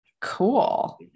Cool